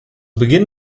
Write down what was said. beginn